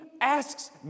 asks